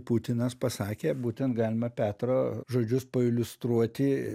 putinas pasakė būtent galima petro žodžius pailiustruoti